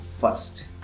first